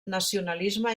nacionalisme